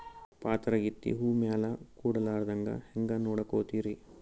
ಪಾತರಗಿತ್ತಿ ಹೂ ಮ್ಯಾಲ ಕೂಡಲಾರ್ದಂಗ ಹೇಂಗ ನೋಡಕೋತಿರಿ?